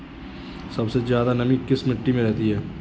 सबसे ज्यादा नमी किस मिट्टी में रहती है?